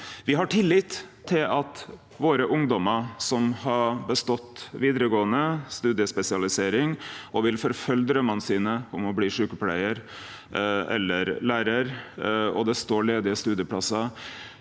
Me har tillit til at ungdomane våre som har bestått vidaregåande, studiespesialisering, og vil forfølgje draumen sin om å bli sjukepleiar eller lærar, og det står ledige studieplassar,